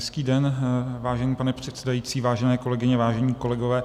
Hezký den, vážený pane předsedající, vážené kolegyně, vážení kolegové.